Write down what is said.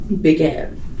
Began